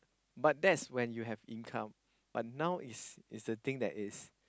but there's when you have income but now is is the thing that is